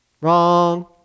wrong